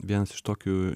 vienas iš tokių